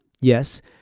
Yes